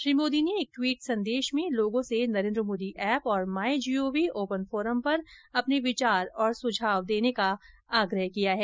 श्री मोदी ने एक ट्वीट संदेश में लोगों से नरेन्द्र मोदी ऐप और my G O V open forum पर अपने विचार और सुझाव देने का आग्रह किया है